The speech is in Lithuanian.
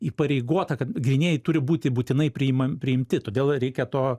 įpareigota kad grynieji turi būti būtinai priimam priimti todėl reikia to